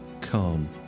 calm